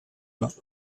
bains